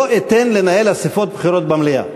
לא אתן לנהל אספות בחירות במליאה,